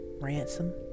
ransom